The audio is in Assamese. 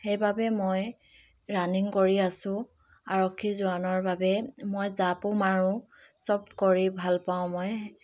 সেইবাবে মই ৰাণিং কৰি আছোঁ আৰক্ষী জোৱানৰ বাবে মই জাপো মাৰোঁ চব কৰি ভাল পাওঁ মই